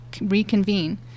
reconvene